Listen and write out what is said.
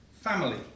family